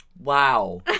Wow